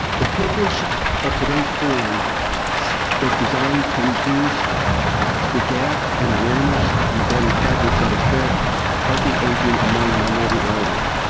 the purpose of today's forum is designed to reduce the gap in awareness regarding factors that affect healthy aging among minority elders.